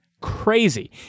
Crazy